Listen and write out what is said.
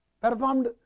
performed